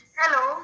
hello